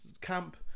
camp